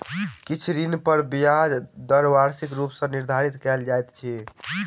किछ ऋण पर ब्याज दर वार्षिक रूप मे निर्धारित कयल जाइत अछि